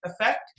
effect